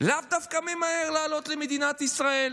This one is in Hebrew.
לאו דווקא ממהר לעלות למדינת ישראל.